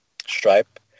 stripe